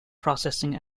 processing